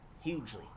hugely